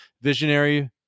visionary